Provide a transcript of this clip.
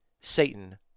Satan